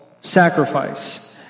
sacrifice